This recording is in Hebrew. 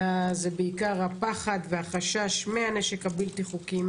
וזה בעיקר הפחד והחשש מהנשק הבלתי חוקי,